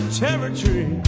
territory